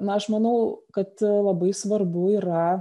na aš manau kad labai svarbu yra